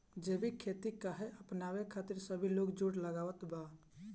जैविक खेती काहे अपनावे खातिर सब लोग जोड़ लगावत बा?